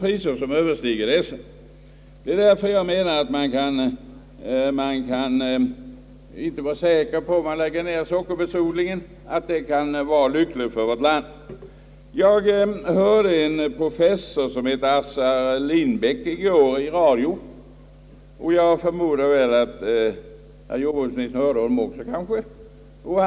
Man kan därför inte vara säker på att det vore lyckligt för vårt land, om vi lägger ned sockerbetsodlingen. Jag hörde i går professor Assar Lindbäck i radio, och jag förmodar att också jordbruksministern hörde honom.